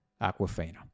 Aquafina